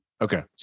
Okay